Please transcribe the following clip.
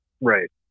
Right